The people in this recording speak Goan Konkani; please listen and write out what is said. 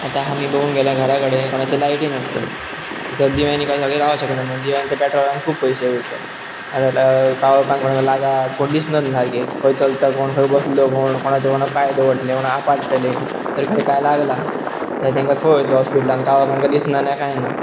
आतां आमी बघूंक गेल्यार घरा कडेन कोणाच्याे लायटी नासतल्यो आतां दिव्यांनी कांय सगळे रावंक शकनन दिव्यांच्या पॅट्रॉलान खूब पयशे वयतत आनी म्हटल्यार काळोखान कोणाक लागात कोण दिसनना सारकें खंय चलता कोण खंय बसलो कोण कोणाचे कोणाक पांय दवरतले कोणाक आपाट्टलें खंय कांय तरी काय लागलां तेंकां खंय व्हरतलो हॉस्पिटलान काळोखान काय दिसनना कांय ना